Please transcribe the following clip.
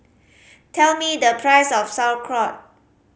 tell me the price of Sauerkraut